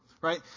right